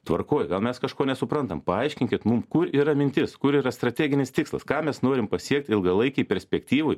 tvarkoj gal mes kažko nesuprantam paaiškinkit mum kur yra mintis kur yra strateginis tikslas ką mes norim pasiekt ilgalaikėj perspektyvoj